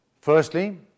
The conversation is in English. Firstly